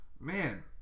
man